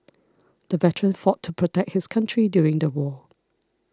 the veteran fought to protect his country during the war